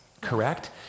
correct